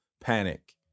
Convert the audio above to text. panic